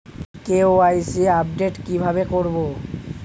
KYC update কি ভাবে করবো?